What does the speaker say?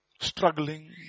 struggling